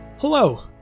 Hello